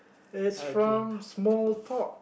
it's from small talk